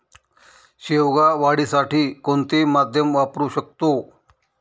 शेवगा वाढीसाठी कोणते माध्यम वापरु शकतो?